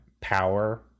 power